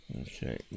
okay